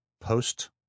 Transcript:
post